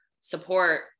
support